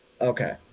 okay